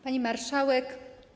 Pani Marszałek!